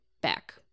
back